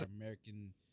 American